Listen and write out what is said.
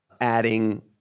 adding